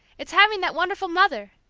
it's having that wonderful mother!